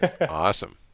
Awesome